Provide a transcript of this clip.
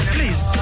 Please